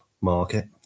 market